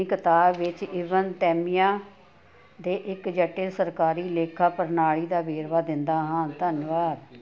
ਕਿਤਾਬ ਵਿੱਚ Ibn Taymiyyah ਦੇ ਇੱਕ ਜਟਿਲ ਸਰਕਾਰੀ ਲੇਖਾ ਪ੍ਰਣਾਲੀ ਦਾ ਵੇਰਵਾ ਦਿੰਦਾ ਹਾਂ ਧੰਨਵਾਦ